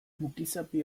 mukizapi